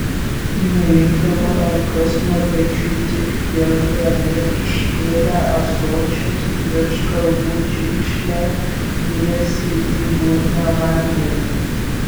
nuimdavo rankas nuo pečių tik gerdami iškėlę ąsočius virš galvų čiurkšle pylėsi į burną vandenį